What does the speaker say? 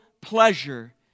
pleasure